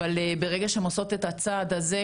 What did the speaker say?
אבל ברגע שהן עושות את הצעד הזה,